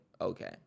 okay